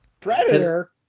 Predator